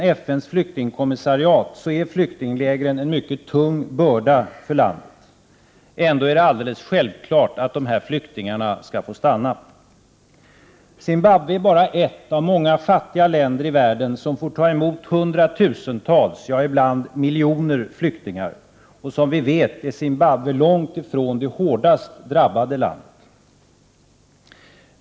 1988/89:125 flyktingkommissariat är flyktinglägren en mycket tung börda för landet. Ändå är det självklart att flyktingarna skall få stanna. Zimbabwe är bara ett av många fattiga länder i världen som får ta emot hundratusentals, ibland flera miljoner, flyktingar. Som vi vet är Zimbabwe långt ifrån det hårdast drabbade landet.